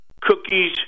Cookies